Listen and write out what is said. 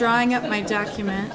drawing up my document